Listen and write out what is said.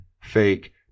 fake